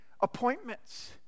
appointments